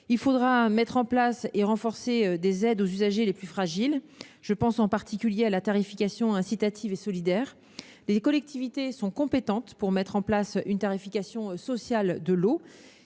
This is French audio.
Il faudra mettre en place et renforcer les aides aux usagers les plus fragiles : je pense en particulier à la tarification incitative et solidaire. Les collectivités sont compétentes pour mettre en place une tarification sociale de l'eau.